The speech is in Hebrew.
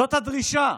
זאת הדרישה.